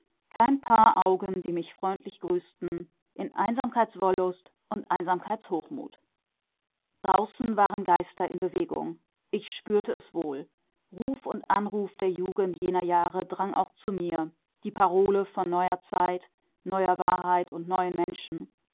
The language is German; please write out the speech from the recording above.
kein paar augen die mich freundlich grüßten in einsamkeitswollust und einsamkeitshochmut draußen waren geister in bewegung ich spürte es wohl ruf und anruf der jugend jener jahre drang auch zu mir die parole von neuer zeit neuer wahrheit und neuen menschen